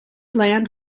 land